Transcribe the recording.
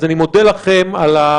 אז אני מודה לכם על ההתמדה.